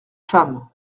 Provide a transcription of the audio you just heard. femme